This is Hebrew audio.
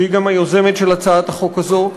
שהיא גם היוזמת של הצעת החוק הזו.